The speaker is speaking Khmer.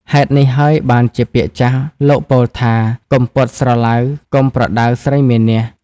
ហេតុនេះហើយបានជាពាក្យចាស់ លោកពោលថា កុំពត់ស្រឡៅ កុំប្រដៅស្រីមានះ។